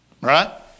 Right